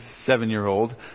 seven-year-old